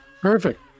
Perfect